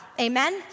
Amen